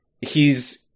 he's-